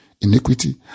Iniquity